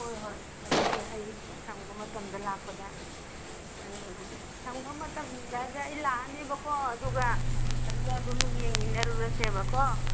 ꯍꯣꯏ ꯍꯣꯏ ꯑꯗꯨꯗꯤ ꯑꯩ ꯁꯪꯕ ꯃꯇꯝꯗ ꯂꯥꯛꯄꯗ ꯁꯪꯕ ꯃꯇꯝꯗ ꯍꯥꯏꯁꯦ ꯑꯩ ꯂꯥꯛꯂꯅꯦꯕꯀꯣ ꯑꯗꯨꯒ ꯑꯗꯨꯗ ꯑꯗꯨꯝ ꯌꯦꯡꯃꯤꯟꯅꯔꯨꯔꯁꯦꯕꯀꯣ